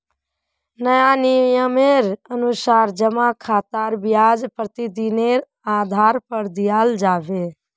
नया नियमेर अनुसार जमा खातात ब्याज प्रतिदिनेर आधार पर दियाल जाबे